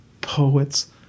poets